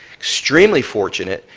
extremely fortunate,